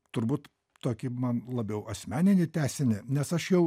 turbūt tokį man labiau asmeninį tęsinį nes aš jau